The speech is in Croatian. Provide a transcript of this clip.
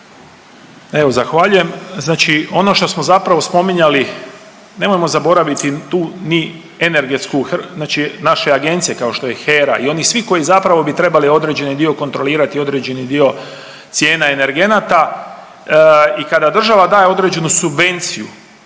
Evo zahvaljujem. Znači ono što smo zapravo spominjali, nemojmo zaboraviti tu ni energetsku, znači naše agencije kao što je HERA i oni svi koji zapravo bi trebali određeni dio kontrolirati, određeni dio cijena energenata i kada država daje određenu subvenciju,